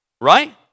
right